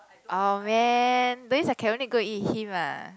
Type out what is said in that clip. oh man that means can only go eat with him ah